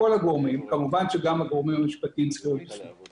כמובן גם הגורמים המשפטיים צריכים להיות שם,